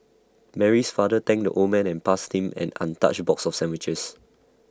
Mary's father thanked the old man and passed him an untouched box of sandwiches